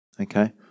Okay